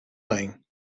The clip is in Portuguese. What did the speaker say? bem